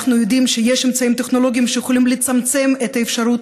אנחנו יודעים שיש אמצעים טכנולוגיים שיכולים לצמצם את האפשרות